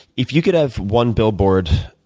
if you could have one billboard